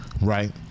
Right